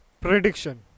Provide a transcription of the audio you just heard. prediction